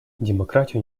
демократию